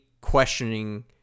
questioning